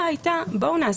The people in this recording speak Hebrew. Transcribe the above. אם יש חומר